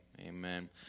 Amen